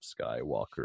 Skywalker